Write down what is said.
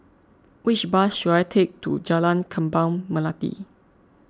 which bus should I take to Jalan Kembang Melati